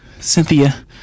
Cynthia